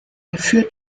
geführt